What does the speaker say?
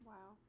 Wow